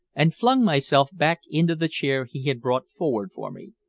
and flung myself back into the chair he had brought forward for me.